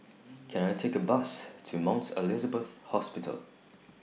Can I Take A Bus to Mount Elizabeth Hospital